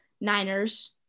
Niners